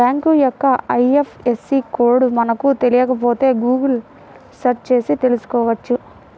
bank యొక్క IFSC code మనకు తెలియకపోతే గుగుల్ సెర్చ్ చేసి తెల్సుకోవచ్చు